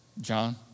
John